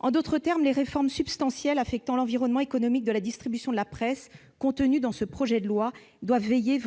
En d'autres termes, les réformes substantielles affectant l'environnement économique de la distribution de la presse qui sont contenues dans ce projet de loi doivent veiller